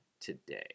today